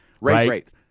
Right